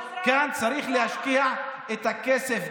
כאן צריך להשקיע את הכסף,